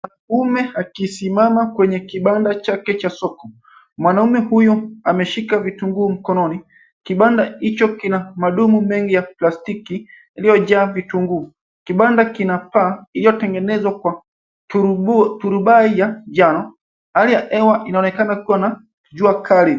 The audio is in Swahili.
Mwanaume amesimama kwenye kibanda chake cha soko. Mwanaume huyo ameshika vitunguu mkononi. Kibanda hicho kina madumu mengi ya plastiki yaliyojaa vitunguu. Kibanda kina paa lililotengenezwa kwa turubai ya manjano, ambalo linaonekana limeangaziwa na jua kali.